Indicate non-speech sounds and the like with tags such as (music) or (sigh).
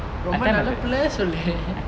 ரொம்ப நல்ல புல்ல சொல்லு:romba nalla pulle sollu (laughs)